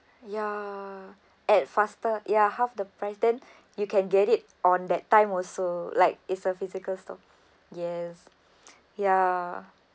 ya at faster ya half the price then you can get it on that time also like is a physical store yes ya